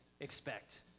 expect